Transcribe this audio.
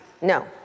No